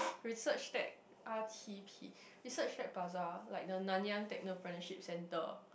research tag R_T_P research tag plaza like the Nanyang-Technopreneurship-Center